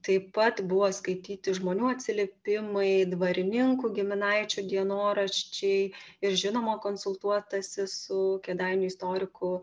taip pat buvo skaityti žmonių atsiliepimai dvarininkų giminaičių dienoraščiai ir žinoma konsultuotasi su kėdainių istoriku